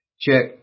check